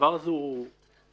הדבר הזה הוא שערורייה.